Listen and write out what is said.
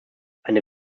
eine